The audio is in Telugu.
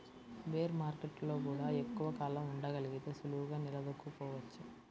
బేర్ మార్కెట్టులో గూడా ఎక్కువ కాలం ఉండగలిగితే సులువుగా నిలదొక్కుకోవచ్చు